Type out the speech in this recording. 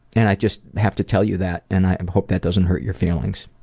and i just have to tell you that and i hope that doesn't hurt your feelings.